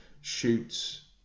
shoots